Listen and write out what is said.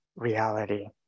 reality